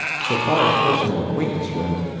so far as personal acquaintance went,